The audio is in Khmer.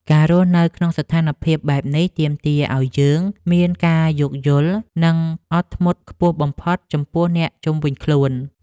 ការរស់នៅក្នុងស្ថានភាពបែបនេះទាមទារឱ្យយើងមានការយល់យោគ និងអត់ធ្មត់ខ្ពស់បំផុតចំពោះអ្នកជុំវិញខ្លួន។